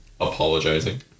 apologizing